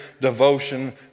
devotion